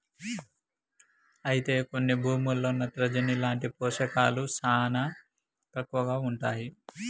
అయితే కొన్ని భూముల్లో నత్రజని లాంటి పోషకాలు శానా తక్కువగా ఉంటాయి